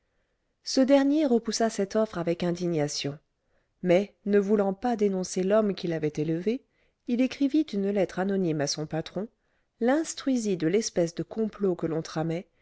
ce dernier repoussa cette offre avec indignation mais ne voulant pas dénoncer l'homme qui l'avait élevé il écrivit une lettre anonyme à son patron l'instruisit de l'espèce de complot que l'on tramait